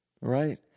Right